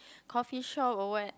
coffeeshop or what